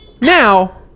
now